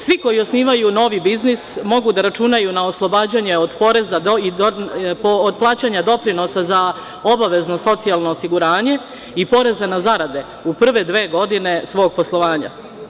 Svi koji osnivaju novi biznis mogu da računaju na oslobađanje od plaćanja doprinosa za obavezno socijalno osiguranje i poreza na zarade u prve dve godine svog poslovanja.